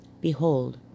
behold